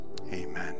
Amen